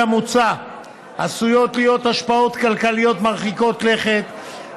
המוצע עשויות להיות השפעות כלכליות מרחיקות לכת,